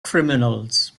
criminals